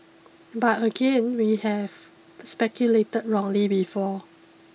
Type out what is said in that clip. but again we have speculated wrongly before